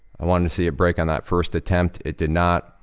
i wanted to see a break on that first attempt it did not.